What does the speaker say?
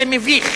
זה מביך.